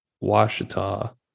Washita